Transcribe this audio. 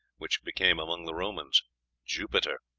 which became among the romans jupiter.